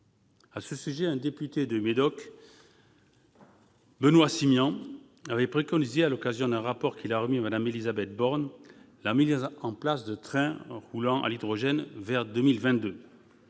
À ce sujet, un député du Médoc, M. Benoît Simian, avait préconisé, à l'occasion d'un rapport qu'il a remis à Mme Élisabeth Borne, la mise en place de trains roulant à l'hydrogène vers 2022.